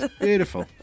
Beautiful